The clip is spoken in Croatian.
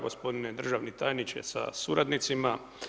Gospodine državni tajniče sa suradnicima.